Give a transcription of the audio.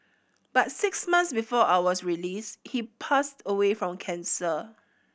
but six months before I was released he passed away from cancer